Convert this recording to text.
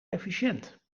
efficiënt